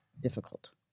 difficult